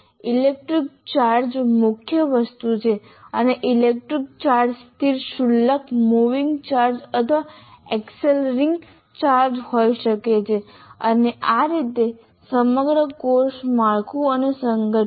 electric charge મુખ્ય વસ્તુ છે અને ઇલેક્ટ્રિક ચાર્જ સ્થિર શુલ્ક મૂવિંગ ચાર્જ અથવા એક્સિલરીંગ ચાર્જ હોઈ શકે છે અને આ રીતે સમગ્ર કોર્સ માળખું અને સંગઠિત છે